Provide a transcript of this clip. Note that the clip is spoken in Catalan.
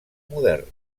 moderna